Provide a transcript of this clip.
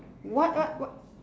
what what wha~